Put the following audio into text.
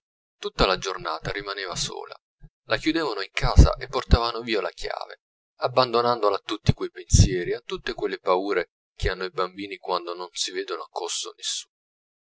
tutta la giornata rimaneva sola la chiudevano in casa e portavano via la chiave abbandonandola a tutti quei pensieri a tutte quelle paure che hanno i bambini quando non si vedono accosto nessuno